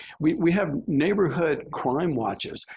we we have neighborhood crime watches.